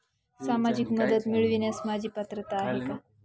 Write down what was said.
सामाजिक मदत मिळवण्यास माझी पात्रता आहे का?